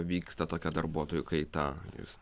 vyksta tokia darbuotojų kaita jūs